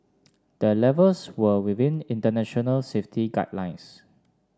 the levels were within international safety guidelines